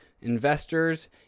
investors